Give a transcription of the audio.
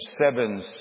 seven